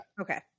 Okay